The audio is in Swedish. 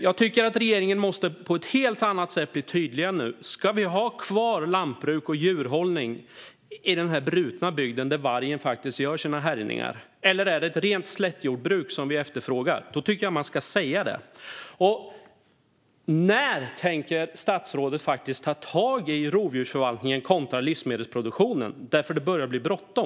Jag tycker att regeringen nu på ett helt annat sätt måste bli tydlig: Ska vi ha kvar lantbruk och djurhållning i den brutna bygd där vargen faktiskt gör sina härjningar? Eller är det ett rent slättjordbruk vi efterfrågar? I så fall tycker jag att man ska säga det. Och när tänker statsrådet ta tag i rovdjursförvaltningen kontra livsmedelsproduktionen? Det börjar nämligen bli bråttom.